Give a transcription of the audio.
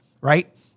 right